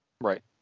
Right